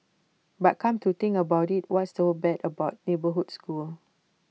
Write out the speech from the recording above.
but come to think about IT what's so bad about neighbourhood schools